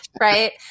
right